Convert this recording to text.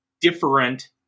different